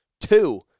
Two